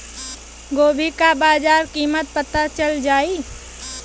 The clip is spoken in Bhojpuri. गोभी का बाजार कीमत पता चल जाई?